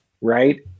right